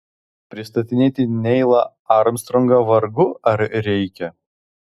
pristatinėti neilą armstrongą vargu ar reikia